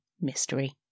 mystery